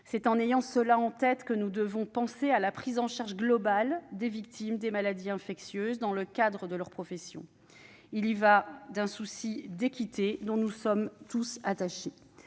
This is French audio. C'est en gardant cette réalité en tête que nous devons penser la prise en charge globale des victimes de maladies infectieuses dans le cadre de leur profession. Il y va de l'équité, valeur à laquelle nous sommes tous attachés.